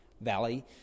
valley